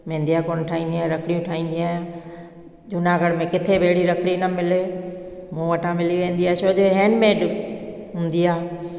महंदी जा कोन ठाहींदी आहियां रखड़ियूं ठाहींदी आहियां जूनागढ़ में किथे बि अहिड़ी रखड़ी न मिले मूं वटां मिली वेंदी आहे छोजे हैंडमेड हूंदी आहे